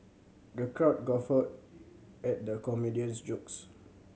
the crowd guffawed at the comedian's jokes